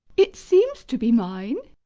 it seems to be mine.